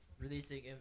releasing